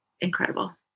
incredible